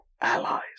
allies